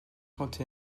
trente